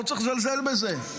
לא צריך לזלזל בזה.